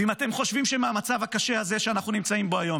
ואם אתם חושבים שמהמצב הקשה הזה שאנחנו נמצאים בו היום,